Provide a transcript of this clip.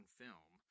film